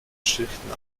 schichten